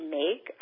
make